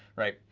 right,